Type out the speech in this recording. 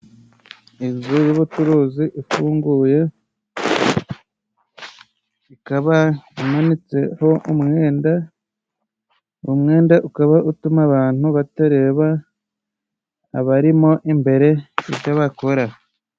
Inzu y'ubucuruzi ifunguye ,ikaba imanitseho umwenda uwo mwenda ukaba utuma ,abantu batareba abarimo imbere ibyo bakora.